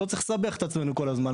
לא צריך לסבך את עצמנו כל הזמן.